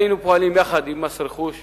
היינו פועלים יחד עם מס רכוש לממן,